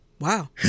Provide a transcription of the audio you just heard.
Wow